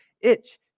itch